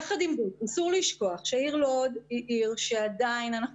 יחד עם זאת אסור לשכוח שהעיר לוד היא עיר שעדיין אנחנו